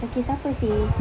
pasal kes apa seh